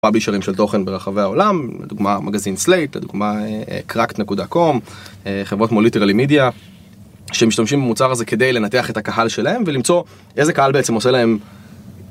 של תוכן ברחבי העולם, לדוגמא מגזין סלייט, לדוגמא קראקט נקודה קום, חברות כמו ליטרלי מידיה שמשתמשים במוצר הזה כדי לנתח את הקהל שלהם ולמצוא איזה קהל בעצם עושה להם